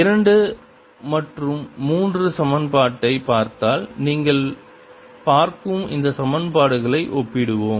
இரண்டு மற்றும் மூன்று சமன்பாட்டைப் பார்த்தால் நீங்கள் பார்க்கும் இந்த சமன்பாடுகளை ஒப்பிடுவோம்